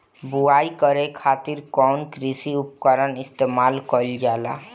बुआई करे खातिर कउन कृषी उपकरण इस्तेमाल कईल जाला?